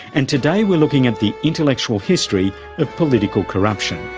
and today we're looking at the intellectual history of political corruption.